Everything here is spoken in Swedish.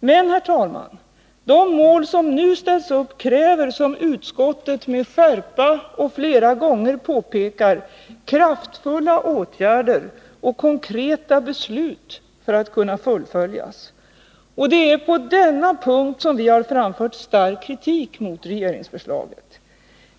Men, herr talman, de mål som nu ställs upp kräver, som utskottet med skärpa och flera gånger påpekar, kraftfulla åtgärder och konkreta beslut för att kunna fullföljas. Och det är på denna punkt som vi har framfört stark kritik mot regeringsförslaget.